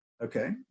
okay